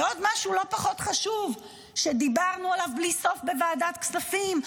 ועוד משהו לא פחות חשוב שדיברנו עליו בלי סוף בוועדת כספים,